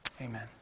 Amen